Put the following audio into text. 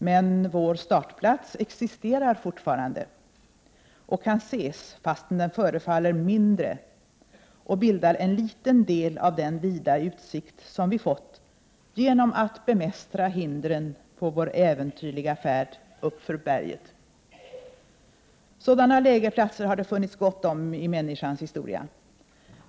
Men vår startplats existerar fortfarande och kan ses fastän den förefaller mindre och bildar en liten del av den vida utsikt, som vi fått genom att bemästra hindren på vår äventyrliga färd uppför berget. Sådana lägerplatser har det funnits gott om i människans historia.